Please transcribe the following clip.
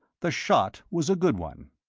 the shot was a good one.